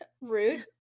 rude